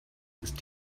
ist